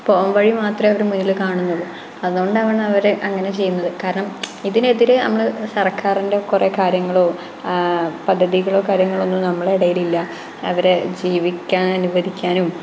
പോംവഴി മാത്രമേ അവര് മുന്നിൽ കാണുന്നുള്ളൂ അതുകൊണ്ടാവണം അവര് അങ്ങനെ ചെയ്യുന്നത് കാരണം ഇതിനെതിരെ നമ്മര് സർക്കാറിന്റെ കുറേ കാര്യങ്ങളോ പദ്ധതികളോ കാര്യങ്ങളോ ഒന്നും നമ്മുടെ ഇടയില് ഇല്ല അവരെ ജീവിക്കാൻ അനുവദിക്കാനും